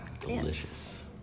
Delicious